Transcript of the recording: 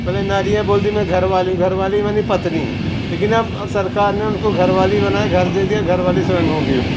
पहले नारियाँ बोलती थी मैं घर वाली हूँ घर वाली यानी पत्नी लेकिन अब अब सरकार ने उनको घर वाली बनाए घर दे दिया घर वाली से बहन हो गई अब